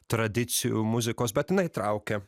tradicijų muzikos bet jinai traukia